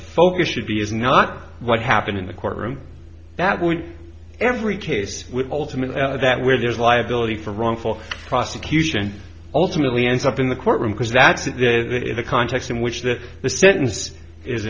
focus should be is not what happened in the courtroom that we every case ultimately that where there's liability for wrongful prosecution ultimately ends up in the courtroom because that's the context in which that the sentence is